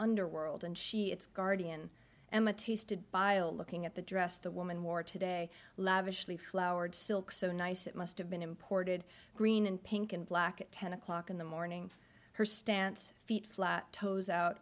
underworld and she its guardian emma tasted by a looking at the dress the woman wore today lavishly flowered silk so nice it must have been imported green and pink and black at ten o'clock in the morning her stance feet flat toes out